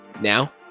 now